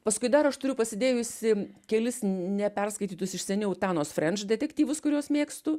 paskui dar aš turiu pasidėjusi kelis neperskaitytus iš seniau tanos frenč detektyvus kuriuos mėgstu